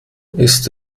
ist